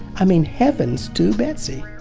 i mean, heavens to betsy.